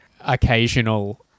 Occasional